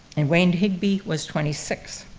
and wayne higby was twenty six.